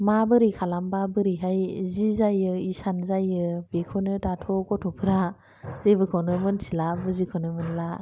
माबोरै खालामबा बोरैहाय सि जायो इसान जायो बेखौनो दाथ' गथ'फोरा जेबोखौनो मोनथिला बुजिख'नो मोनला